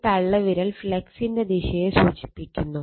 ഈ തള്ള വിരൽ ഫ്ളക്സിന്റെ ദിശയെ സൂചിപ്പിക്കുന്നു